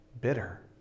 bitter